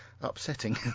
upsetting